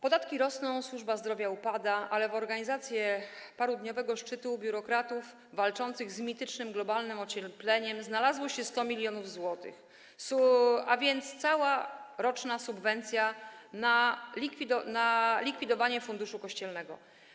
Podatki rosną, służba zdrowia upada, ale na organizację parodniowego szczytu biurokratów walczących z mitycznym globalnym ociepleniem znalazło się 100 mln zł, a więc cała roczna subwencja na likwidowanie Funduszu Kościelnego.